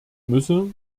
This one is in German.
müsse